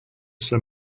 some